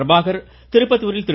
பிரபாகர் திருப்பத்தூரில் திரு